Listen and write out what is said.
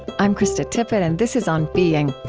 i'm krista tippett, and this is on being.